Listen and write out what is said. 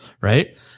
Right